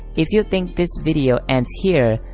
if you think this video ends here,